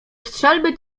strzelby